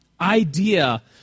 idea